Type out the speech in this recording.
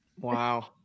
Wow